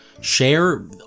Share